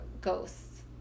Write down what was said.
ghosts